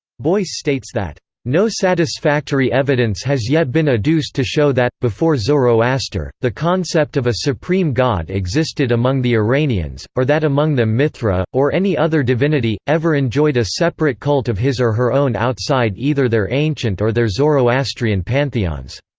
boyce states that no satisfactory evidence has yet been adduced to show that, before zoroaster, the concept of a supreme god existed among the iranians, or that among them mithra or any other divinity ever enjoyed a separate cult of his or her own outside either their ancient or their zoroastrian pantheons.